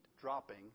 dropping